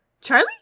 Charlie